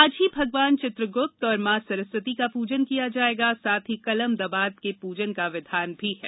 आज ही भगवान चित्रगुप्त और मां सरस्वती का पूजन किया जाएगा साथ ही कलम दवात के पूजन का विधान भी है